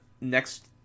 next